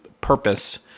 purpose